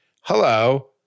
hello